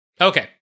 Okay